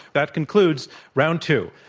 that concludes round two,